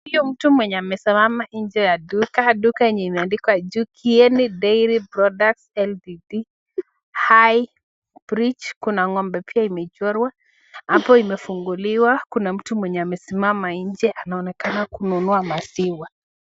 Huyo mtu mwenye amesimama nje ya duka, duka enye imeandikwa jkuu Kieni Dairy Products LTD Highbridge kuna ng'ombea pia imechorwa . Hapo imefunguliwa, kuna mtu mwenye amesimama nje anaonekana kununua maziwa.